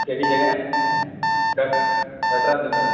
केह्ड़ी जगह क कटरा दमेल